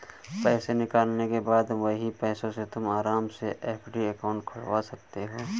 पैसे निकालने के बाद वही पैसों से तुम आराम से एफ.डी अकाउंट खुलवा सकते हो